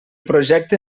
projecte